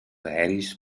aeris